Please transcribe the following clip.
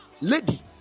Lady